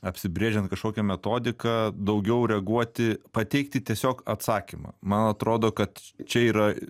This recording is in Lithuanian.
apsibrėžiant kažkokią metodiką daugiau reaguoti pateikti tiesiog atsakymą man atrodo kad čia yra